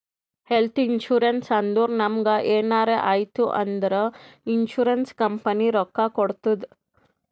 health insurance ಅಂದುರ್ ನಮುಗ್ ಎನಾರೇ ಆಯ್ತ್ ಅಂದುರ್ ಇನ್ಸೂರೆನ್ಸ್ ಕಂಪನಿ ರೊಕ್ಕಾ ಕೊಡ್ತುದ್